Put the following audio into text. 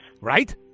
Right